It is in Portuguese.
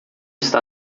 está